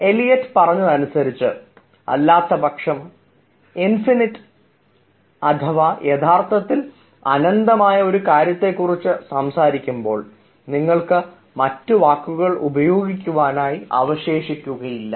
Eliot പറഞ്ഞതനുസരിച്ച് അല്ലാത്തപക്ഷം infinite അഥവാ യഥാർത്ഥത്തിൽ അനന്തമായ ഒരു കാര്യത്തെ കുറിച്ച് സംസാരിക്കുമ്പോൾ നിങ്ങൾക്ക് മറ്റു വാക്കുകൾ ഉപയോഗിക്കുവാനായി അവശേഷിക്കുകയില്ല